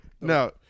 No